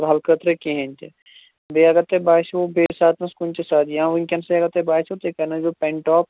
فلحال خٲطرٕ کِہیٖنٛۍ تہِ بیٚیہِ اگر تۄہہِ باسیٚو بیٚیہِ ساتہٕ کُنہِ تہِ ساتہٕ یا وُنکیٚنسٕے اَگر تۄہہِ باسیٚو تیٚلہِ کَرنٲوزیٚو پٮ۪نٹاپ